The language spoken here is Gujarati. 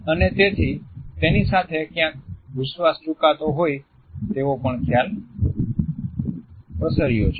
અને તેથી તેની સાથે ક્યાંક વિશ્વાસ ચૂકાતો હોય તેવો પણ ખ્યાલ પ્રસર્યો છે